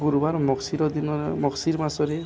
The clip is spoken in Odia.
ଗୁରୁବାର ମଗୁଶୀର ଦିନରେ ମଗ୍ଶୀର ମାସରେ